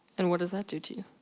and what does that do to you?